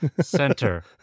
center